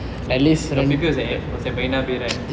your P_O_P was at was at marina bay right